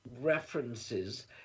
references